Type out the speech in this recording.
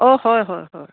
অঁ হয় হয় হয়